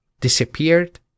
disappeared